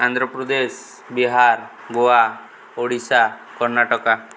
Andhra Pradesh Bihar Goa Odisha Karnataka